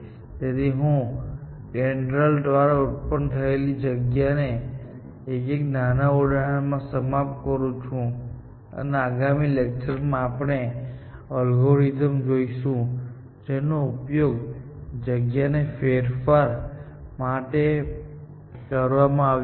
તેથી હું DENDRAL દ્વારા ઉત્પન્ન થયેલી જગ્યાના એક નાના ઉદાહરણ સાથે સમાપ્ત કરું છું અને આગામી લેક્ચર માં આપણે અલ્ગોરિધમ જોઈશુ જેનો ઉપયોગ જગ્યાને ફેરવવા માટે કરવામાં આવ્યો છે